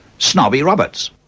snobby roberts.